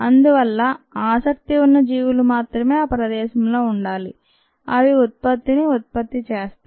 అందువల్ల ఆసక్తి ఉన్న జీవులు మాత్రమే ఆ ప్రదేశంలో ఉండాలి అవి ఉత్పత్తిని ఉత్పత్తి చేస్తాయి